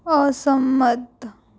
અસંમત